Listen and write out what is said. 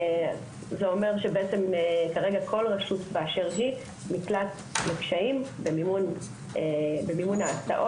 זה אומר שכרגע כל רשות באשר היא נקלעת לקשיים במימון ההסעות.